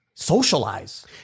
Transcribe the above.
Socialize